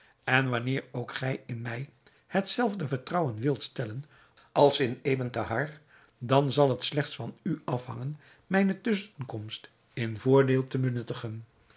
en wanneer ook gij in mij het zelfde vertrouwen wilt stellen als in ebn thahar dan zal het slechts van u afhangen mijne tusschenkomst in uw voordeel te benuttigen